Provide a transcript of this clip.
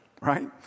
Right